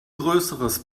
größeres